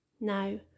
now